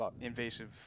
invasive